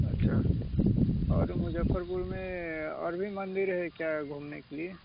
अच्छा और मुज़फ़्फ़रपुर में और भी मंदिर है क्या घूमने के लिए